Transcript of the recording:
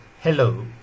Hello